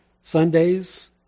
Sundays